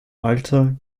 alter